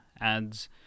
ads